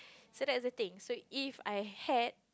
so that's the thing so if I hate